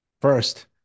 First